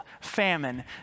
famine